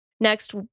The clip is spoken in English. Next